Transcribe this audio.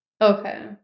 Okay